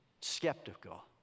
skeptical